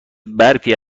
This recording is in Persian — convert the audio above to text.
برفی